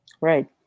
Right